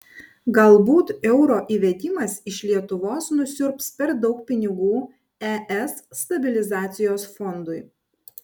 galbūt euro įvedimas iš lietuvos nusiurbs per daug pinigų es stabilizacijos fondui